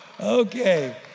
Okay